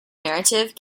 narrative